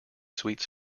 sweets